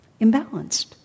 imbalanced